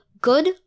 good